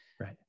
right